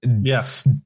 Yes